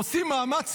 עושים מאמץ עילאי,